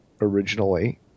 originally